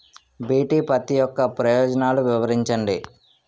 BT పత్తి యొక్క ప్రయోజనాలను వివరించండి?